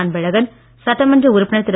அன்பழகன் சட்டமன்ற உறுப்பினர் திரு